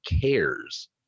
cares